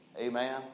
Amen